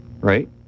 Right